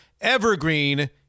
evergreen